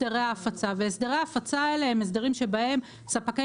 והסדרי ההפצה האלה הם הסדרים שבהם ספקי